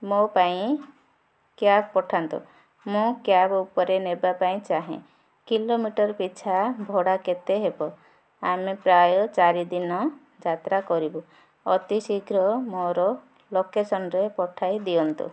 ମୋ ପାଇଁ କ୍ୟାବ୍ ପଠାନ୍ତୁ ମୁଁ କ୍ୟାବ୍ ଉପରେ ନେବା ପାଇଁ ଚାହେଁ କିଲୋମିଟର ପିଛା ଭଡ଼ା କେତେ ହେବ ଆମେ ପ୍ରାୟ ଚାରି ଦିନ ଯାତ୍ରା କରିବୁ ଅତି ଶୀଘ୍ର ମୋର ଲୋକେସନ୍ରେ ପଠାଇ ଦିଅନ୍ତୁ